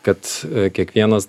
kad kiekvienas